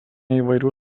įvairių